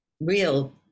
real